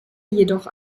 jedoch